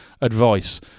advice